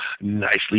nicely